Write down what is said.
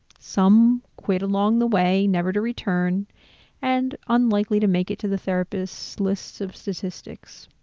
some quit along the way never to return and unlikely to make it to the therapist's lists of statistics.